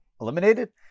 eliminated